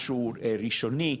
משהו ראשוני.